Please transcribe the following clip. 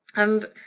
and,